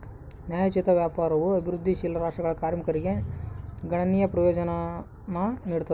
ನ್ಯಾಯೋಚಿತ ವ್ಯಾಪಾರವು ಅಭಿವೃದ್ಧಿಶೀಲ ರಾಷ್ಟ್ರಗಳ ಕಾರ್ಮಿಕರಿಗೆ ಗಣನೀಯ ಪ್ರಯೋಜನಾನ ನೀಡ್ತದ